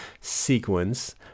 sequence